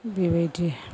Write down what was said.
बेबायदि